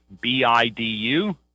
B-I-D-U